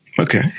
Okay